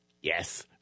Yes